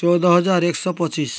ଚଉଦ ହଜାର ଏକ ଶହ ପଚିଶି